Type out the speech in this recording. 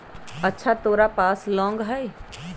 अच्छा तोरा पास लौंग हई?